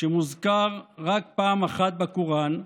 שמוזכר רק פעם אחת בקוראן,